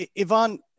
Ivan